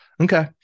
okay